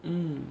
mm